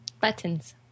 Buttons